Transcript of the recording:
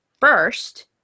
first